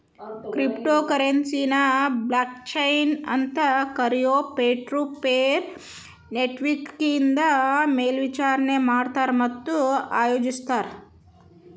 crypto ಕರೆನ್ಸಿನ blockchain ಅಂತ್ ಕರಿಯೊ ಪೇರ್ಟುಪೇರ್ ನೆಟ್ವರ್ಕ್ನಿಂದ ಮೇಲ್ವಿಚಾರಣಿ ಮಾಡ್ತಾರ ಮತ್ತ ಆಯೋಜಿಸ್ತಾರ